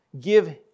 Give